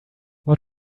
what